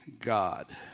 God